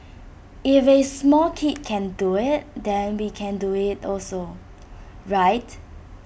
if A small kid can do IT then we can do IT also right